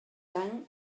any